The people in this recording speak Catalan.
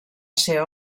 ser